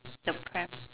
the pram